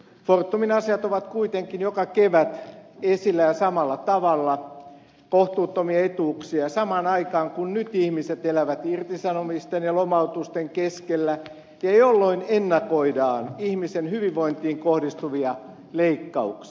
fortumin asiat ovat kuitenkin joka kevät esillä ja on samalla tavalla kohtuuttomia etuuksia samaan aikaan kun nyt ihmiset elävät irtisanomisten ja lomautusten keskellä ja ennakoidaan ihmisten hyvinvointiin kohdistuvia leikkauksia